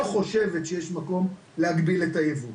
לא חושבת שיש מקום להגביל את הייבוא.